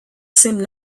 seemed